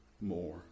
more